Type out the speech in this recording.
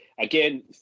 again